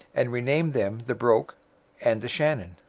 and renamed them the broke and the shannon.